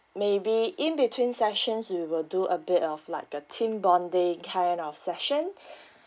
maybe in between sessions we will do a bit of like a team bonding kind of session